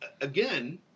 Again